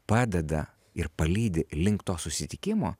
padeda ir palydi link to susitikimo